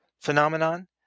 phenomenon